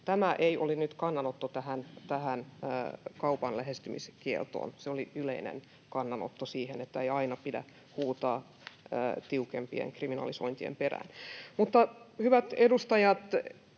Tämä ei ole nyt kannanotto tähän kaupan lähestymiskieltoon. Se oli yleinen kannanotto siihen, että ei aina pidä huutaa tiukempien kriminalisointien perään. Mutta, hyvät edustajat,